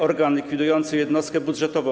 Organ likwidujący jednostkę budżetową.